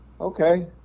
okay